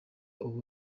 ubu